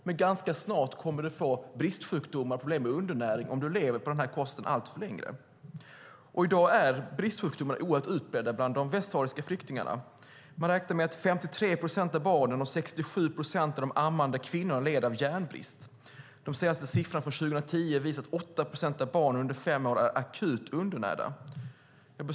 Men om man lever på denna kost alltför länge kommer man ganska snart att få bristsjukdomar och problem med undernäring. I dag är bristsjukdomar oerhört utbredda bland de västsahariska flyktingarna. Man räknar med att 53 procent av barnen och 67 procent av de ammande kvinnorna lider av järnbrist. De senaste siffrorna från 2010 visar att 8 procent av barnen under fem år är akut undernärda.